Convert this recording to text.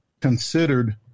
considered